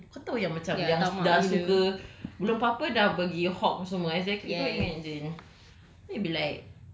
tapi kau imagine lah orang yang kau tahu kau tahu yang macam dah suka belum apa-apa dah pergi hog semua exactly kau imagine